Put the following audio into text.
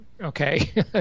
okay